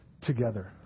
together